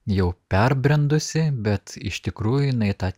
jau perbrendusi bet iš tikrųjų jinai tą